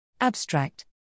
Abstract